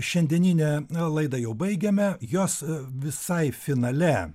šiandieninę laidą jau baigiame jos visai finale